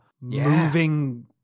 moving